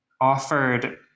offered